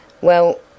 Well